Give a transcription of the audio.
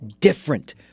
different